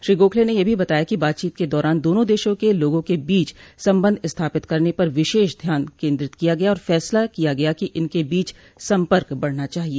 श्री गोखले ने यह भी बताया कि बातचीत के दौरान दोनों देशों के लोगों के बीच संबंध स्थापित करने पर विशेष ध्यान केन्द्रित किया गया और फैसला किया गया कि इनके बीच संपर्क बढ़ना चाहिए